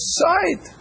sight